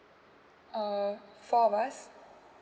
uh four of us